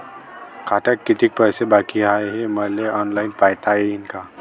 खात्यात कितीक पैसे बाकी हाय हे मले ऑनलाईन पायता येईन का?